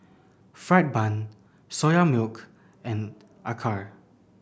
fried bun Soya Milk and acar